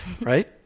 right